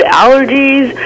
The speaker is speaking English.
allergies